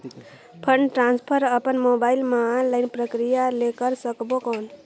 Fund transfer अपन mobile मे online प्रक्रिया ले कर सकबो कौन?